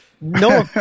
No